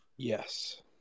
Yes